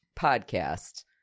podcast